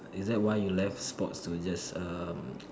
is that why you left sports to just um